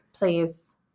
Please